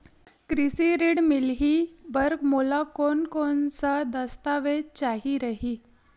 कृषि ऋण मिलही बर मोला कोन कोन स दस्तावेज चाही रही?